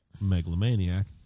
megalomaniac